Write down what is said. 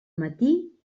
matí